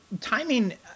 Timing